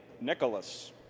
Nicholas